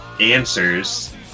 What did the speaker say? answers